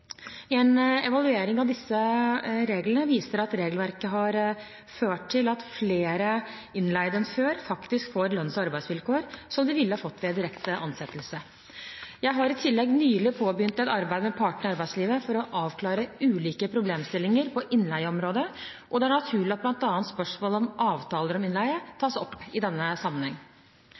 En evaluering av disse reglene viser at regelverket har ført til at flere innleide enn før faktisk får lønns- og arbeidsvilkår som de ville fått ved direkte ansettelse. Jeg har i tillegg nylig påbegynt et arbeid med partene i arbeidslivet for å avklare ulike problemstillinger på innleieområdet, og det er naturlig at bl.a. spørsmål om avtaler om innleie tas opp i denne sammenheng.